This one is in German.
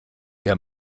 der